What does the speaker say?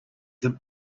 them